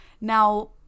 Now